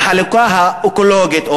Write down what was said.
והחלוקה האקולוגית,